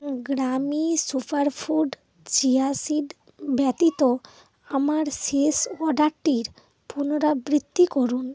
গ্রামি superfood chia seed ব্যতীত আমার শেষ অর্ডারটির পুনরাবৃত্তি করুন